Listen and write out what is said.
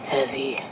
Heavy